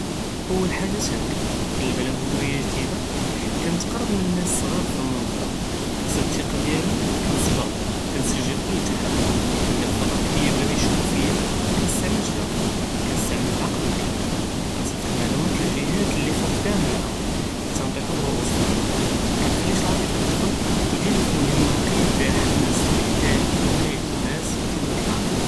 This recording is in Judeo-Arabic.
אול חאג'ה קנקאב עלא הויה ג'דידה, קנטערף עלא נאס סג'אר פאלמונד'מה, נקסב ת'קה דיאלום, קנצר וקנסת'جيل קול ת'חרכ, קנדיר חכת ד'כיה בלא מישקו פיה, מנסתעמלש ללענף, קנסתעמל אלעקל ו אלקלם, קנסיפט למעלומאת ללג'האת לי חדאם מעאهم חתי נטיحو פראווס לקבאר, מקנחليش אלעתפה תדל, ודימה פמهمة נגיה פיה חמאס פיה חדמה נאס ו חימאת אל חוק.